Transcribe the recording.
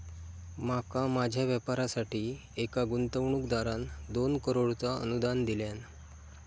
माका माझ्या व्यापारासाठी एका गुंतवणूकदारान दोन करोडचा अनुदान दिल्यान